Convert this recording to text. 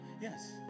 yes